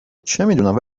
چمیدونم